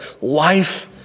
life